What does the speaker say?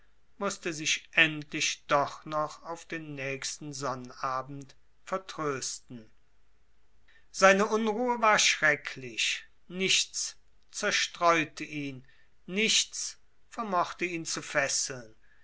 mußte sich endlich doch noch auf den nächsten sonnabend vertrösten seine unruhe war schrecklich nichts zerstreute ihn nichts vermochte ihn zu fesseln